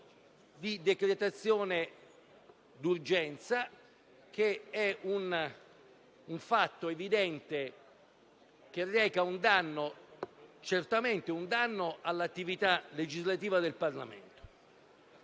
di decretazione d'urgenza; un fatto evidente che reca un danno all'attività legislativa del Parlamento.